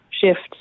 shifts